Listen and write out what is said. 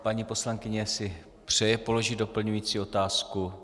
Paní poslankyně si přeje položit doplňující otázku?